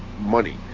money